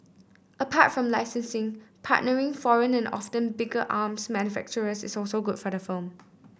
apart from licensing partnering foreign and often bigger arms manufacturers is also good for the firm